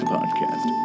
Podcast